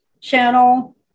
channel